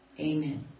amen